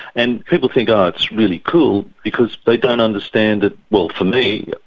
and people think ah it's really cool because they don't understand that, well, for me,